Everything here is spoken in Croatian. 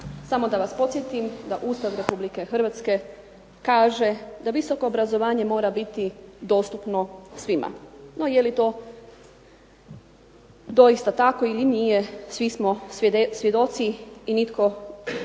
Samo da vas podsjetim da Ustav Republike Hrvatske kaže da visoko obrazovanje mora biti dostupno svima. No je li to doista tako ili nije, svi smo svjedoci i nitko